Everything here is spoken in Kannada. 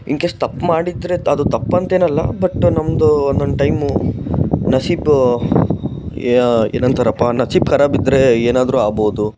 ಇನ್ ಕೇಸ್ ತಪ್ಪು ಮಾಡಿದರೆ ಅದು ತಪ್ಪಂತೇನಲ್ಲ ಬಟ್ ನಮ್ಮದೂ ಒಂದೊಂದು ಟೈಮು ನಸೀಬು ಏನಂತಾರಪ್ಪ ನಸೀಬು ಕರಾಬು ಇದ್ದರೆ ಏನಾದರೂ ಆಗ್ಬೋದು